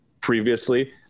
previously